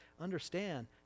understand